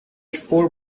four